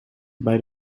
bij